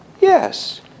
Yes